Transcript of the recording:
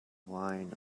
line